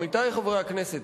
עמיתי חברי הכנסת,